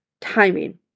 Timing